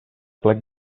plec